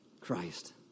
Christ